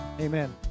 Amen